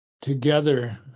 together